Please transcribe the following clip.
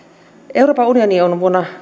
euroopan unioniin on vuonna